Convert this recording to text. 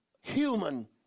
human